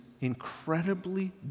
incredibly